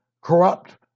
corrupt